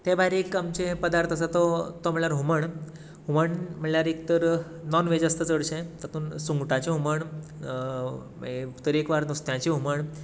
ते भायर एक आमचें पदार्थ आसा तो तो म्हणल्यार हुमण हुमण म्हळ्यार एक तर नाॅन वेज आसता चडशें तातूंत सुंगटांचें हुमण तरेकवार नुस्त्याचें हुमण